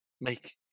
make